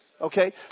Okay